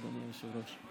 אדוני היושב-ראש,